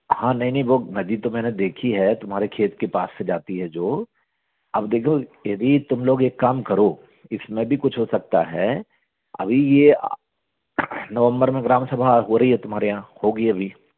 हाँ नहीं नहीं वो नदी तो मैंने देखी है तुम्हारे खेत के पास से जाती है जो अब देखो यदि तुम लोग एक काम करो इसमें भी कुछ हो सकता है अभी ये नवंबर में ग्राम सभा हो रही है तुम्हारे यहाँ होगी अभी